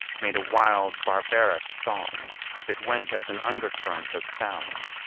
made a wild, barbaric song that went as an undercurrent of sound,